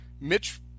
Mitch